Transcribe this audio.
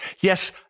Yes